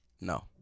No